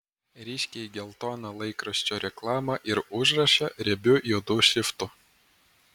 ryškiai geltoną laikraščio reklamą ir užrašą riebiu juodu šriftu